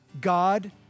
God